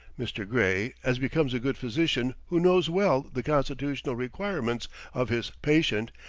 mr. gray, as becomes a good physician who knows well the constitutional requirements of his patient,